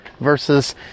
versus